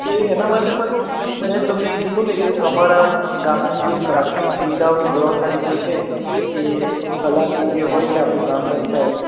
એ એના માટે પણ મેં તમને કીધું ને કે તમારા ગામની જે પ્રાથમિક સુવિધાઓની જવાબદારી જે છે એ પહેલાંથી જે હોય છે આપણું ગ્રામ પંચાયત